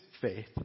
faith